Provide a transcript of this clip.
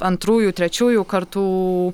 antrųjų trečiųjų kartų